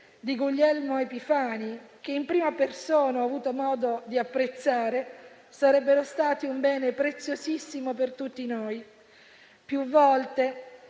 di Guglielmo Epifani, che in prima persona ho avuto modo di apprezzare, sarebbero stati un bene preziosissimo per tutti noi. Più volte,